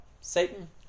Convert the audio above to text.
Satan